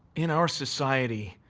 in our society,